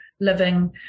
living